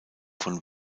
von